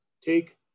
take